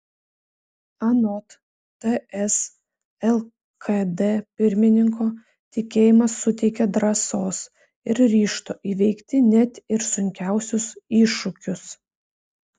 anot ts lkd pirmininko tikėjimas suteikia drąsos ir ryžto įveikti net ir sunkiausius iššūkius